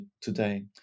today